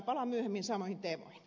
palaan myöhemmin samoihin teemoihin